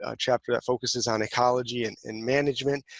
ah chapter that focuses on ecology and and management,